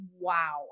wow